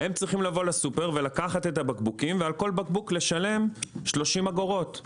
צריכים לקחת מהסופר את הבקבוקים ועל כל בקבוק לשלם 30 אגורות.